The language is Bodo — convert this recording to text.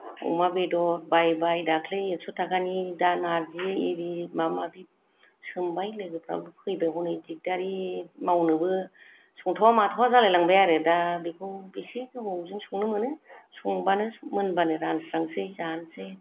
अमा बेदर बायबाय दाख्लै एक्स' थाखानि दा नार्जि एरि माबा माबि सोंबाय लोगोफोराबो फैदों हनै दिगदारि मावनोबो संथावा माथावा जालायलांबाय आरो दा बेखौ बेसे गोबावजों संनो मोनो संबानो मोनबानो रानस्रांसै जानोसै